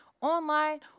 online